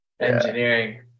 engineering